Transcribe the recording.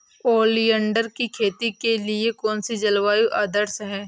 Oleander की खेती के लिए कौन सी जलवायु आदर्श है?